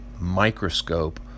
microscope